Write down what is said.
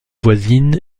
voisine